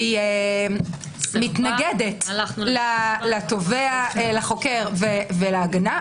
שהיא מתנגדת לחוקר ולהגנה,